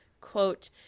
quote